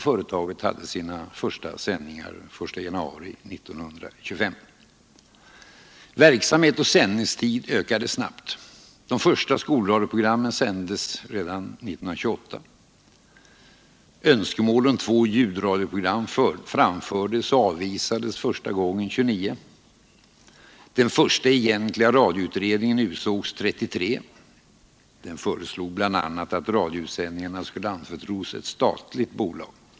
Företaget hade sina första sändningar den 1 januari 1925. Verksamhet och sändningstid ökade snabbt. De första skolradioprogrammen sändes redan 1928. Önskemål om två ljudradioprogram framfördes och avvisades första gången 1929. Den första egentliga radioutredningen utsågs 1933. Denna föreslog bl.a. att radiosändningarna skulle anförtros ett statligt bolag.